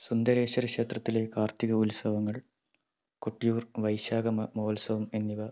സുന്ദരേശ്വര ക്ഷേത്രത്തിലെ കാർത്തിക ഉത്സവങ്ങൾ കൊട്ടിയൂർ വൈശാഖ മഹോത്സവം എന്നിവ